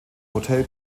hotel